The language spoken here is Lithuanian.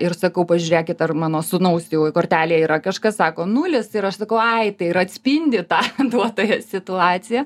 ir sakau pažiūrėkit ar mano sūnaus jau kortelėje yra kažkas sako nulis ir aš ai tai ir atspindi tą duotąją situaciją